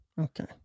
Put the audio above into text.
okay